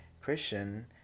Christian